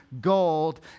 gold